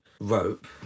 rope